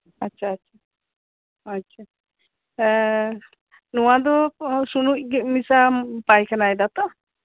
ᱟᱪᱪᱷᱟ ᱟᱪᱪᱷᱟ ᱟᱪᱪᱷᱟ ᱱᱚᱣᱟ ᱫᱚ ᱥᱩᱱᱩᱪ ᱢᱮᱥᱟᱢ ᱯᱟᱭᱠᱷᱟᱱᱟᱭ ᱮᱫᱟ ᱛᱚ